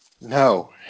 No